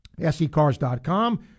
secars.com